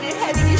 heavy